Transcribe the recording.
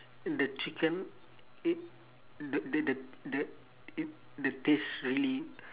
in the chicken it the the the the it the taste really